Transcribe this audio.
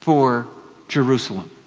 for jerusalem,